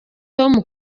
tom